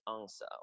answer